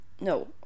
No